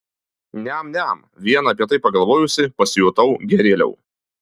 niam niam vien apie tai pagalvojusi pasijutau gerėliau